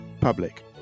public